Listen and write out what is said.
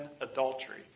adultery